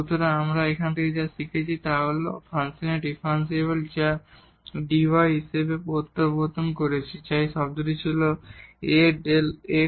সুতরাং আমরা এখন যা শিখেছি তা হল যে ফাংশনের ডিফারেনশিয়াল যা আমরা dy হিসাবে প্রবর্তন করেছি যা এই শব্দটি ছিল A Δ x